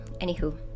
Anywho